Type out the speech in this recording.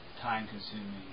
time-consuming